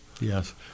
Yes